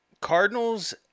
Cardinals